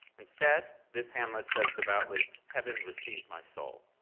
instead, this hamlet says devoutly, heaven receive my soul.